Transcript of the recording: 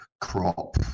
crop